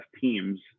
teams